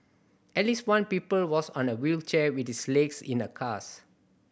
at least one pupil was on a wheelchair with his legs in a cast